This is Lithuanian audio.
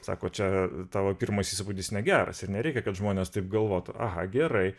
sako čia tavo pirmas įspūdis negeras ir nereikia kad žmonės taip galvotų aha gerai